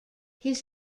his